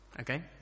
okay